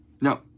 No